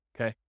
Okay